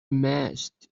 missed